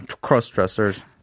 cross-dressers